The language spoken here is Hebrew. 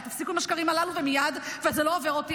תפסיקו עם השקרים הללו ומייד וזה לא עובר אותי,